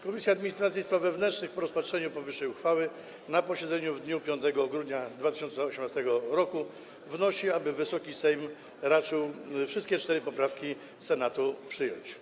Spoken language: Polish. Komisja Administracji i Spraw Wewnętrznych po rozpatrzeniu powyższej uchwały na posiedzeniu w dniu 5 grudnia 2018 r. wnosi, aby Wysoki Sejm raczył wszystkie cztery poprawki Senatu przyjąć.